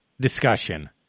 discussion